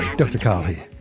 dr karl here.